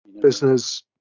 business